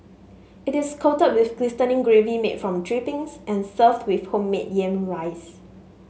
it is coated with glistening gravy made from drippings and served with homemade yam rice